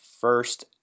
first